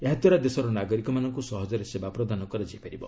ଏହାଦ୍ୱାରା ଦେଶର ନାଗରିକମାନଙ୍କୁ ସହଜରେ ସେବା ପ୍ରଦାନ କରାଯାଇ ପାରିବ